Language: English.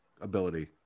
ability